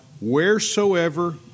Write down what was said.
wheresoever